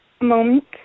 moment